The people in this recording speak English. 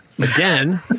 Again